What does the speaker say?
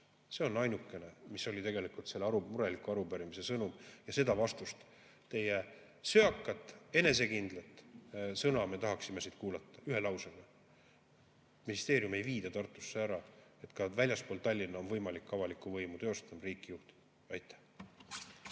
See on ainukene, mis oli tegelikult selle mureliku arupärimise sõnum, ja seda vastust, teie söakat, enesekindlat sõna me tahaksime siit kuulda ühe lausega: ministeeriumi ei viida Tartust ära, ka väljaspool Tallinna on võimalik avalikku võimu teostada ja riiki juhtida. Aitäh!